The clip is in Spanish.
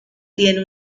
tiene